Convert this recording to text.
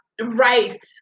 right